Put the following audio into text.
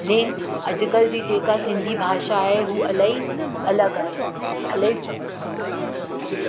ने अॼुकल्ह जी जेका सिंधी भाषा आहे हूअ इलाही अलॻि आहे इलाही